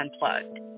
unplugged